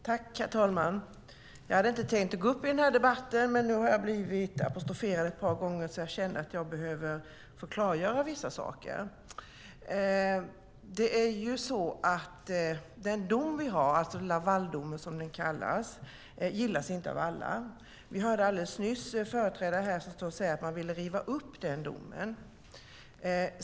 Herr talman! Jag hade inte tänkt gå upp i den här debatten, men nu har jag blivit apostroferad ett par gånger, så jag känner att jag behöver få klargöra vissa saker. Den dom vi har, Lavaldomen, som den kallas, gillas inte av alla. Vi hörde alldeles nyss en företrädare säga att man vill riva upp den domen.